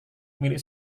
milik